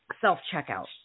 self-checkout